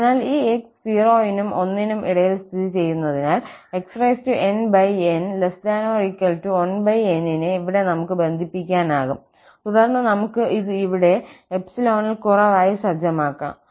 അതിനാൽ ഈ 𝑥 0 നും 1 നും ഇടയിൽ സ്ഥിതിചെയ്യുന്നതിനാൽ xnn1n നെ ഇവിടെ നമുക്ക് ബന്ധിപ്പിക്കാനാകും തുടർന്ന് നമുക്ക് ഇത് ഇവിടെ 𝜖 ൽ കുറവായി സജ്ജമാക്കാം